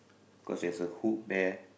cause there's a hook there